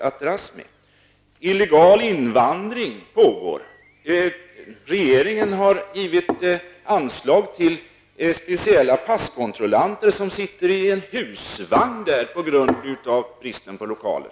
En illegal invandring pågår, och regeringen har givit anslag till speciella passkontrollanter, som nu sitter i en husvagn på grund av bristen på lokaler.